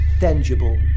tangible